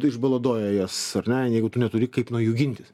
išbaladoja jas ar ne jeigu tu neturi kaip nuo jų gintis